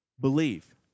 believe